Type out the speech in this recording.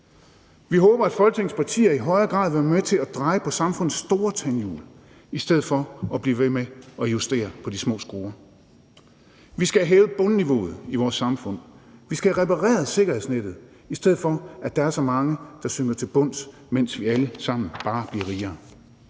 Vi håber, at Folketingets partier i højere grad vil være med til at dreje på samfundets store tandhjul i stedet for at blive ved med at justere på de små skruer. Vi skal have hævet bundniveauet i vores samfund. Vi skal have repareret sikkerhedsnettet, i stedet for at der er så mange, der synker til bunds, mens vi alle sammen bare bliver rigere.